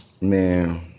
man